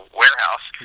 warehouse